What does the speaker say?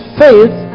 faith